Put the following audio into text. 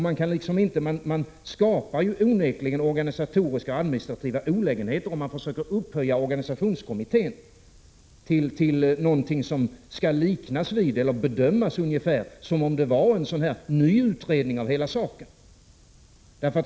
Man skapar onekligen organisatoriska och administrativa olägenheter om man försöker upphöja organisationskommittén till något som skall liknas vid eller bedömas ungefär som om det var en ny utredning av hela saken.